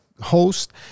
host